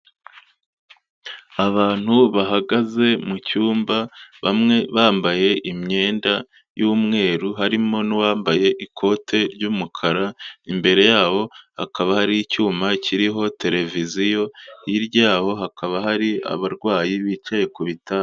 Abantu bahagaze mu cyumba bamwe bambaye imyenda y'umweru, harimo n'uwambaye ikote ry'umukara, imbere yabo hakaba hari icyuma kiriho televiziyo, hirya yabo hakaba hari abarwayi bicaye kutanda.